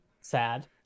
sad